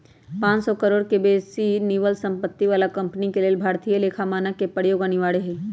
पांन सौ करोड़ से बेशी निवल सम्पत्ति बला कंपनी के लेल भारतीय लेखा मानक प्रयोग अनिवार्य हइ